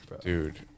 Dude